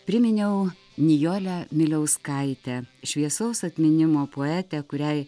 priminiau nijolę miliauskaitę šviesaus atminimo poetę kuriai